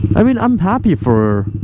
i mean i'm happy for her